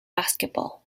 basketball